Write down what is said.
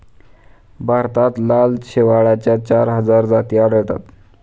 भारतात लाल शेवाळाच्या चार हजार जाती आढळतात